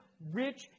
rich